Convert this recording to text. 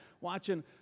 watching